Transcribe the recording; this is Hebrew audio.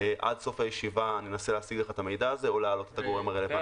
עד סוף הישיבה אנסה להשיג לך את המידע הזה או להעלות את הגורם הרלוונטי.